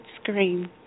scream